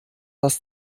das